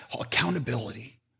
Accountability